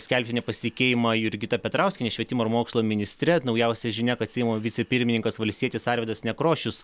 skelbti nepasitikėjimą jurgita petrauskiene švietimo ir mokslo ministre naujausia žinia kad seimo vicepirmininkas valstietis arvydas nekrošius